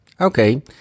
okay